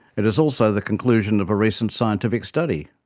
it is also the conclusion of a recent scientific study.